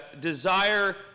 desire